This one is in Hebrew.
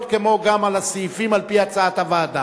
כמו גם על הסעיפים על-פי הצעת הוועדה.